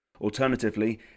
Alternatively